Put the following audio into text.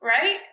Right